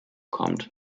kommt